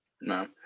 No